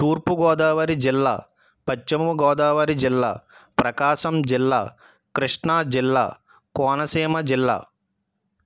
తూర్పుగోదావరి జిల్లా పశ్చిమగోదావరి జిల్లా ప్రకాశం జిల్లా కృష్ణాజిల్లా కోనసీమ జిల్లా